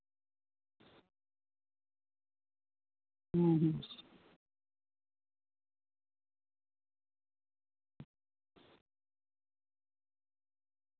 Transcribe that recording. ᱦᱩᱸ ᱦᱩᱸ